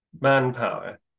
manpower